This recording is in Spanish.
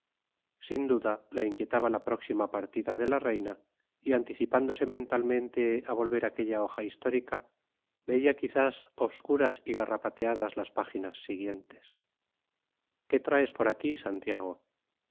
sin duda la inquietaba la próxima partida de la reina y anticipándose mentalmente a volver aquella hoja histórica veía quizás obscuras y garrapateadas las páginas siguientes qué traes por aquí santiago